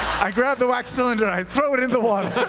i grab the wax cylinder, i throw it in the water.